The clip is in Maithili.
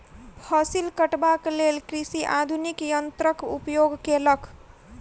फसिल कटबाक लेल कृषक आधुनिक यन्त्रक उपयोग केलक